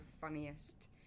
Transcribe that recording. funniest